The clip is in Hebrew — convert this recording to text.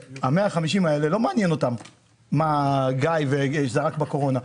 את ה-150 האלה לא מעניין שזה רק בקורונה,